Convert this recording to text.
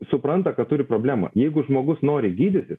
supranta kad turi problemą jeigu žmogus nori gydytis